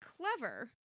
clever